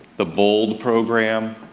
the bold program,